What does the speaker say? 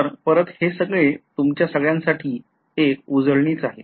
तर परत हे सगळे तुमच्या सगळ्यांसाठी एक उजळणीच आहे